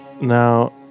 Now